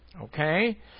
okay